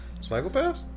Psychopaths